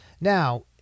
Now